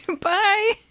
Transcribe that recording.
Bye